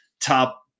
top